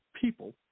people